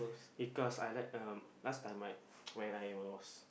because I like um last time right when I was